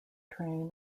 train